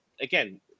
again